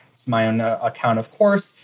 it's my own account, of course.